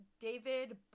David